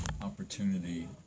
Opportunity